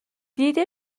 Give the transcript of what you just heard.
دید